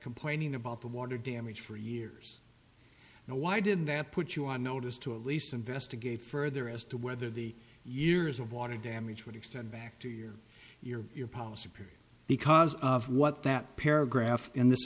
complaining about the water damage for years now why didn't that put you on notice to at least investigate further as to whether the years of water damage would extend back to year your policy period because of what that paragraph and this